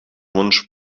wunsch